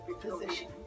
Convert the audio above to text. position